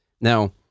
Now